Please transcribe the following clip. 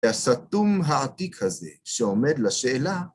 הסתום העתיק הזה שעומד לשאלה